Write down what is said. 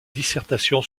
dissertation